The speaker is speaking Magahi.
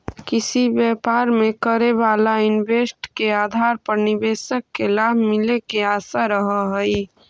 किसी व्यापार में करे वाला इन्वेस्ट के आधार पर निवेशक के लाभ मिले के आशा रहऽ हई